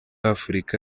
afurika